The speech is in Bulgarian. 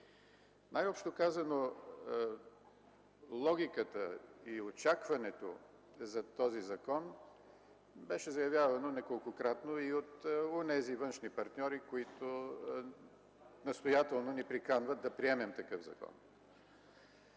Най-общо казано, логиката и очакването за този закон – беше заявявано неколкократно и от онези външни партньори, които настоятелно ни приканват да приемем такъв закон,